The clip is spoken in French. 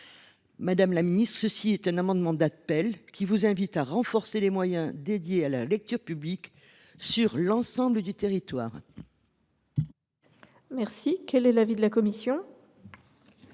Madame la ministre, voilà un amendement d’appel, qui vous invite à renforcer les moyens dédiés à la lecture publique sur l’ensemble du territoire. Quel est l’avis de la commission ?